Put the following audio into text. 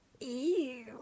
Ew